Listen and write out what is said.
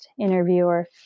interviewer